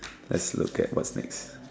let's look at what's next